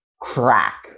crack